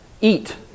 Eat